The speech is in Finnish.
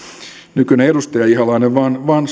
nykyinen edustaja ihalainen vaan vaan